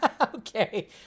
okay